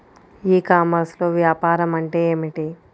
ఈ కామర్స్లో వ్యాపారం అంటే ఏమిటి?